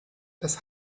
das